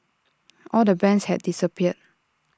all the bands had disappeared